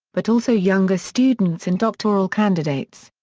but also younger students and doctoral candidates.